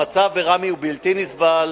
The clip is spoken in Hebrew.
המצב בראמה בלתי נסבל,